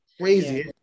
Crazy